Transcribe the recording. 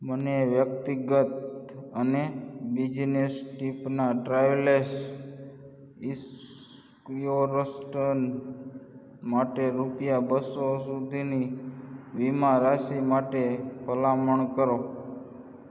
મને વ્યક્તિગત અને બિઝનેસ ટ્રીપના ટ્રાવેલસ ઈન્સ્યોરન્સ માટે રૂપિયા બસો સુધીની વીમા રાશી માટે ભલામણ કરો